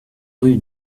rue